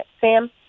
Sam